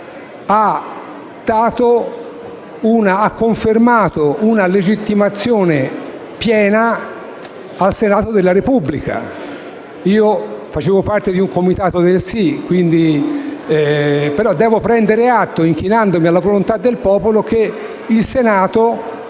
hanno confermato una legittimazione piena al Senato della Repubblica. Io facevo parte del Comitato del Sì, ma devo prendere atto, inchinandomi alla volontà del popolo, che il Senato